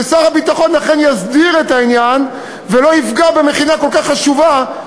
ששר הביטחון אכן יסדיר את העניין ולא יפגע במכינה כל כך חשובה,